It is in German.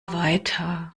weiter